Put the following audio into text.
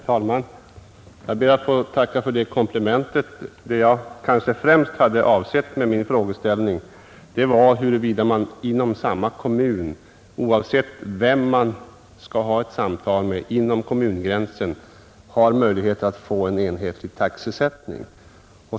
Herr talman! Jag ber att få tacka för det kompletterande svaret. Vad jag kanske främst avsåg med min frågeställning var huruvida man inom samma kommun, oavsett vem man skall ha ett samtal med, har möjlighet att få en enhetlig taxesättning.